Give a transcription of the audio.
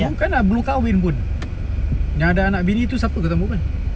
bukanlah belum kahwin pun yang ada anak bini tu siapa dalam dia apa-apa